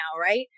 right